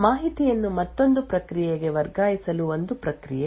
ಮಾಹಿತಿಯನ್ನು ಮತ್ತೊಂದು ಪ್ರಕ್ರಿಯೆಗೆ ವರ್ಗಾಯಿಸಲು ಒಂದು ಪ್ರಕ್ರಿಯೆ